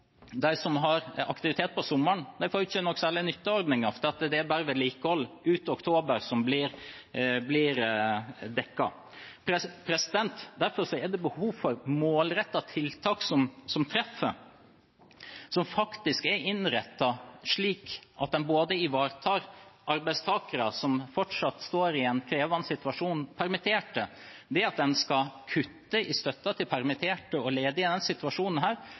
de som har aktivitet om sommeren, ikke får noen særlig nytte av ordningen. Det er bare vedlikehold ut oktober som blir dekket. Derfor er det behov for målrettede tiltak som treffer, og som faktisk er innrettet slik at en ivaretar arbeidstakere som fortsatt står i en krevende situasjon som permitterte. Det å kutte i støtten til permitterte og ledige i denne situasjonen